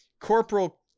Corporal